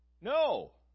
No